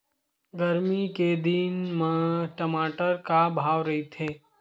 गरमी के दिन म टमाटर का भाव रहिथे?